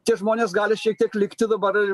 tie žmonės gali šiek tiek likti dabar